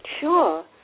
Sure